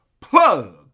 plug